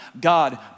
God